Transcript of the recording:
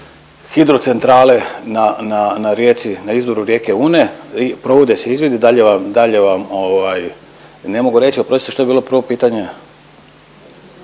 na rijeci, na izvoru rijeke Une. Provode se izvidi i dalje vam, dalje vam ovaj ne mogu reći. Oprostite što je bilo prvo pitanje?